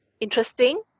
interesting